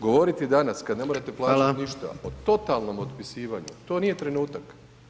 Govoriti danas kad ne morate plaćati ništa o totalnom otpisivanju, to nije trenutak.